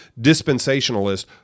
dispensationalist